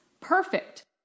Perfect